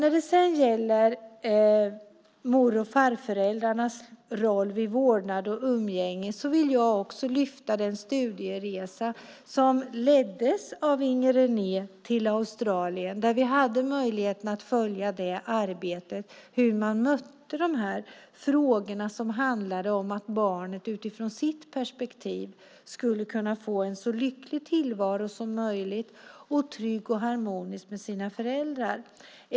När det sedan gäller mor och farföräldrarnas roll vid vårdnad och umgänge vill jag lyfta upp den studieresa som leddes av Inger René till Australien, där vi hade möjlighet att följa det arbetet, hur man mötte de frågor som handlade om att barnet utifrån sitt perspektiv skulle kunna få en så lycklig tillvaro som möjligt, en trygg och harmonisk tillvaro med sina föräldrar.